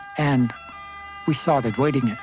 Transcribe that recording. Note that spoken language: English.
and we started waiting,